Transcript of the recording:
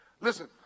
Listen